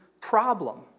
problem